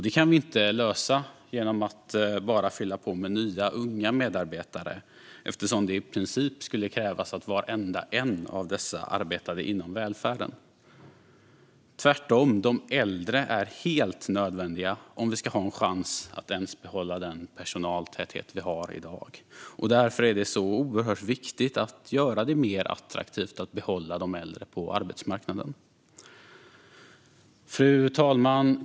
Det kan vi inte lösa genom att fylla på med nya unga medarbetare, eftersom det i princip skulle krävas att varenda en av dessa arbetade inom välfärden. Tvärtom är de äldre helt nödvändiga om vi ska ha en chans att ens behålla den personaltäthet vi har i dag. Därför är det så oerhört viktigt att göra det mer attraktivt att behålla de äldre på arbetsmarknaden. Fru talman!